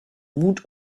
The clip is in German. mut